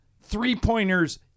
three-pointers